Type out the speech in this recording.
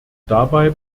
dabei